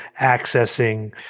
accessing